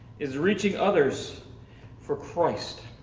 is reaching others for christ.